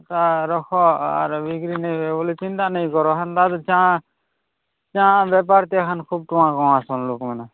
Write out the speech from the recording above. ତା' ରଖ ଆର୍ ବିକ୍ରି ନାଇଁ ହୋଇ ବୋଲେ ଚିନ୍ତା ନାଇଁ କର ହେନ୍ତା ଚା' ଚା' ବେପାର୍ରେ ହେନ ଖୁବ୍ ଟଙ୍କା କମାସନ୍ ଲୋକମାନେ